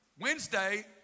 Wednesday